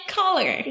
color